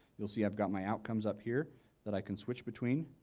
you'll see i've got my outcomes up here that i can switch between